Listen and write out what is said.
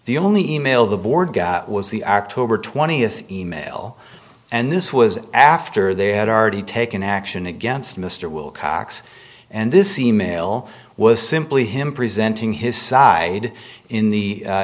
the only email the board got was the october twentieth email and this was after they had already taken action against mr wilcox and this e mail was simply him presenting his side in the